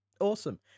Awesome